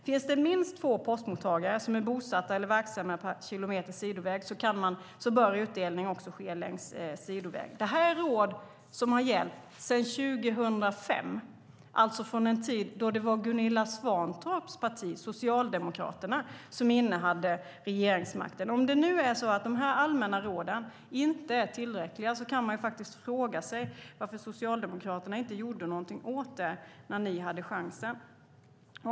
Finns det minst två postmottagare som är bosatta eller verksamma per kilometer sidoväg bör utdelning också ske längs sidovägen. Det här är råd som har gällt sedan 2005, alltså från den tid då det var Gunilla Svantorps parti, Socialdemokraterna, som innehade regeringsmakten. Om det nu är så att de här allmänna råden inte är tillräckliga kan man fråga sig varför Socialdemokraterna inte gjorde någonting åt det när de hade chansen.